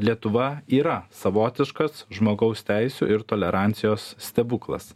lietuva yra savotiškas žmogaus teisių ir tolerancijos stebuklas